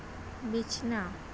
ᱵᱤᱪᱷᱱᱟ